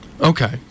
Okay